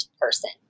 person